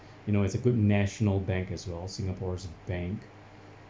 you know it's a good national bank as well singapore's bank